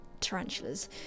tarantulas